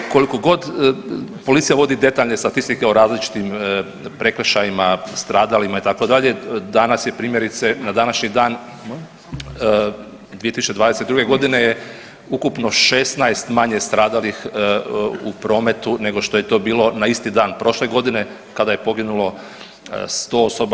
Koliko god policija vodi detaljne statistike o različitim prekršajima stradalima itd. danas je primjerice na današnji dan 2022. godine je ukupno 16 manje stradalih u prometu nego što je to bilo na isti dan prošle godine kada je poginulo sto osoba.